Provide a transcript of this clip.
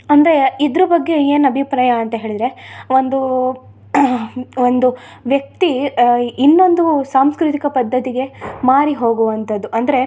ಅಂದ್ರೆ ಇದ್ರ ಬಗ್ಗೆ ಏನು ಅಭಿಪ್ರಾಯ ಅಂತ ಹೇಳಿದರೆ ಒಂದು ಒಂದು ವ್ಯಕ್ತಿ ಇನ್ನೊಂದು ಸಾಂಸ್ಕೃತಿಕ ಪದ್ಧತಿಗೆ ಮಾರುಹೋಗುವಂಥದ್ದು ಅಂದರೆ